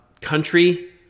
country